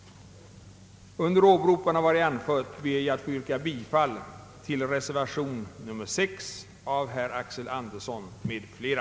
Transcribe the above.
Under åberopande av vad jag anfört ber jag att få yrka bifall till reservation 6 av herr Axel Andersson m.fl.